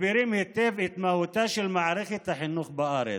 מסבירים היטב את מהותה של מערכת החינוך בארץ.